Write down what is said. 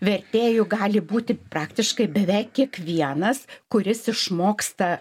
vertėju gali būti praktiškai beveik kiekvienas kuris išmoksta